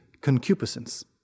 concupiscence